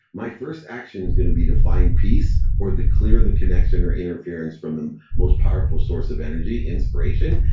my first action is going to be to find peace, or to clear the connection or interference from the most powerful source of energy, inspiration.